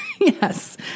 Yes